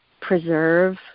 preserve